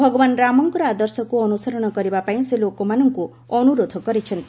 ଭଗବାନ ରାମଙ୍କର ଆଦର୍ଶକୁ ଅନୁସରଣ କରିବା ପାଇଁ ସେ ଲୋକମାନଙ୍କୁ ଅନୁରୋଧ କରିଛନ୍ତି